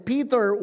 Peter